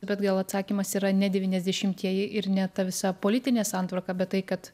bet gal atsakymas yra ne devyniasdešimtieji ir ne ta visa politinė santvarka bet tai kad